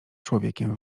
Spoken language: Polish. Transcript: człowiekiem